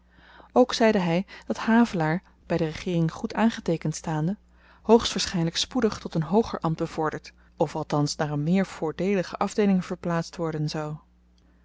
ook zeide hy dat havelaar by de regeering goed aangeteekend staande hoogstwaarschyniyk spoedig tot een hooger ambt bevorderd of althans naar een meer voordeelige afdeeling verplaatst worden zou